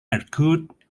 argued